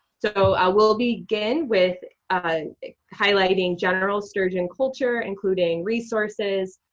so i will begin with highlighting general sturgeon culture, including resources,